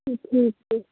तो ठीक है